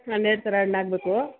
ಹನ್ನೆರಡು ಥರ ಹಣ್ ಆಗ್ಬೇಕು